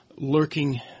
lurking